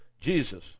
Jesus